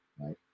right